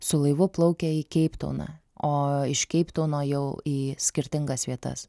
su laivu plaukė į keiptauną o iš keiptauno jau į skirtingas vietas